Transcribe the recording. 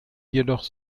jedoch